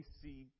see